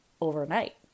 overnight